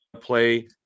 play